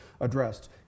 addressed